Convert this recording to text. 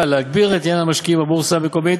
להגביר את עניין המשקיעים בבורסה המקומית